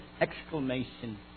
exclamation